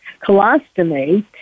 colostomy